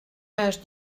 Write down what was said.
âge